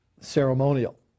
Ceremonial